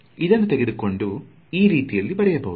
ಇದನ್ನು ತೆಗೆದುಕೊಂಡು ಕೊಂಡು ಈ ರೀತಿಯಲ್ಲಿ ಬರೆಯಬಹುದು